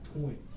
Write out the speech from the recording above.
point